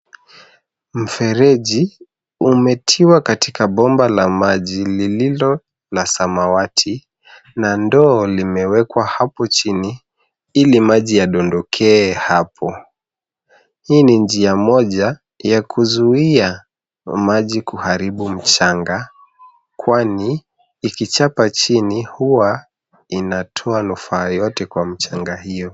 Mfereji umetiwa katika bomba la maji lililo la samawati na ndoo limewekwa hapo chini ili maji yadondokee hapo. Hii ni njia moja ya kuzuia maji kuharibu mchanga kwani ikichapa chini huwa inatoa nufaa yote kwa mchanga hiyo.